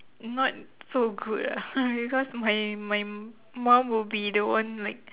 not so good ah because my my mom will be the one like